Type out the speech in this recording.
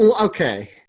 Okay